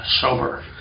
sober